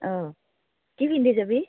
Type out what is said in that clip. অঁ কি পিন্ধি যাবি